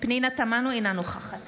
פנינה תמנו, אינה נוכחת